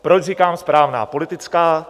Proč říkám správná politická?